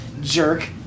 jerk